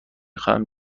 خواهم